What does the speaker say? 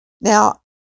Now